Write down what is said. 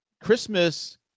Christmas